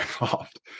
involved